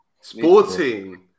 Sporting